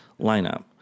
lineup